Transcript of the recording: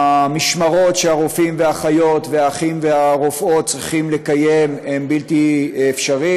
המשמרות שהרופאים והאחיות והאחים והרופאות צריכים לקיים בלתי אפשריות.